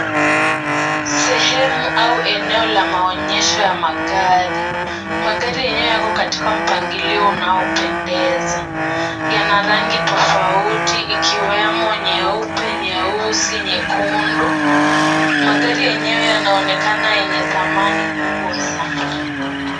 Sehemu au eneo la maonyesho ya magari. Magari yenyewe yako katika mpangilio unaopendeza. Yana rangi tofauti ikiwemo nyeupe, nyeusi, nyekundu. Magari yenyewe yanaonekana yenye dhamani kubwa sana.